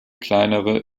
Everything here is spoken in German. kleinere